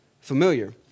familiar